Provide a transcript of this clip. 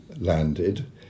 landed